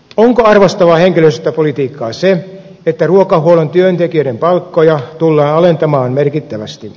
onko arvostavaa henkilöstöpolitiikkaa se että ruokahuollon työntekijöiden palkkoja tullaan alentamaan merkittävästi